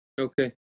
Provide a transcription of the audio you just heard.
okay